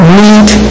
meet